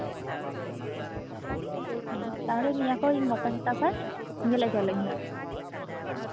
ᱛᱟᱦᱞᱮ ᱱᱤᱭᱟᱹᱠᱚ ᱤᱧ ᱜᱟᱯᱟᱧ ᱦᱟᱛᱟᱣᱟ ᱧᱮᱧᱮᱞ ᱪᱟᱞᱟᱜ ᱟᱹᱧ ᱦᱟᱸᱜ